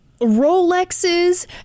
Rolexes